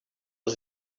was